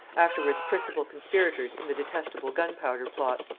afterwards principal conspirators in the detestable gunpowder plot